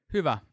Hyvä